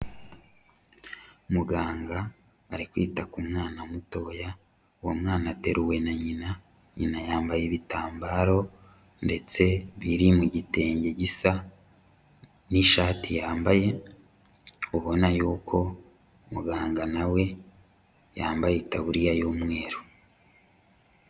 Muganga ari kwita ku mwana mutoya, uwo mwana ateruwe na nyina, nyina yambaye ibitambaro ndetse biri mu gitenge gisa n'ishati yambaye, ubona yuko muganga na we yambaye itaburiya y'umweru.